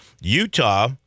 Utah